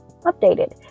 updated